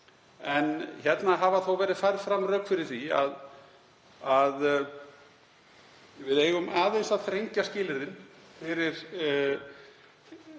Hér hafa þó verið færð rök fyrir því að við eigum aðeins að þrengja skilyrðin fyrir